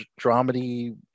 dramedy